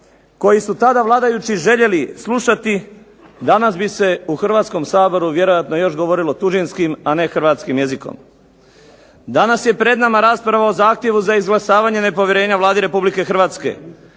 koji su tada vladajući željeli slušati, danas bi se u Hrvatskom saboru vjerojatno još govorilo tuđinskim, a ne hrvatskim jezikom. Danas je pred nama rasprava o zahtjevu za izglasavanje nepovjerenja Vladi Republike Hrvatske,